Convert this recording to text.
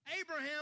Abraham